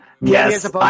Yes